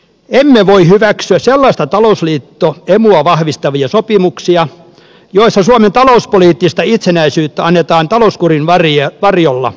emme voi hyväksyä sellaisia talousliitto emua vahvistavia sopimuksia joissa suomen talouspoliittista itsenäisyyttä annetaan talouskurin varjolla pois